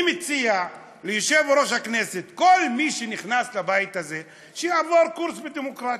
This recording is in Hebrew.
אני מציע ליושב-ראש הכנסת שכל מי שנכנס לבית הזה יעבור קורס בדמוקרטיה,